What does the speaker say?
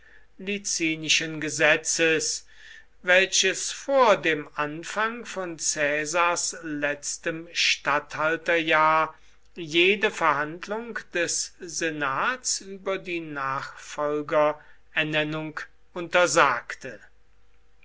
pompeisch licinischen gesetzes welche vor dem anfang von caesars letztem statthalterjahr jede verhandlung des senats über die nachfolgerernennung untersagte